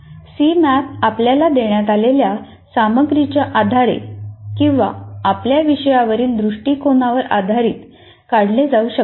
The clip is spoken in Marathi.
सीमॅप आपल्याला देण्यात आलेल्या सामग्रीच्या आधारे किंवा आपल्या विषयावरील दृष्टिकोनावर आधारित काढले जाऊ शकतात